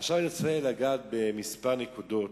עכשיו אני רוצה לגעת בכמה נקודות.